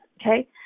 Okay